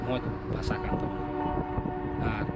ᱢᱚᱡᱽ ᱵᱷᱟᱥᱟ ᱠᱟᱱ ᱛᱟᱵᱚᱱᱟ ᱟᱨ